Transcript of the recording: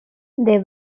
they